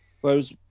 Whereas